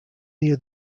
near